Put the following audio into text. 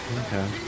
Okay